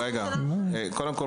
קודם כול,